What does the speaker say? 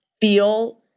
feel